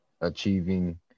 achieving